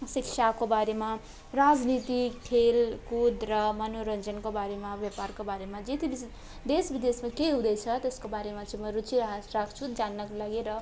शिक्षाको बारेमा राजनीति खेलकुद र मनोरन्जनको बारेमा व्यापारको बारेमा जे त्यो देश विदेशमा के हुँदैछ त्यसको बारेमा चाहिँ रुचि रख्छु जान्नको लागि र